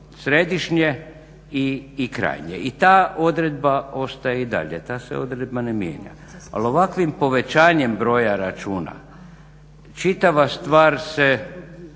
središnje i krajnje i ta odredba ostaje i dalje, ta se odredba ne mijenja. Ali ovakvim povećanjem broja računa čitava stvar se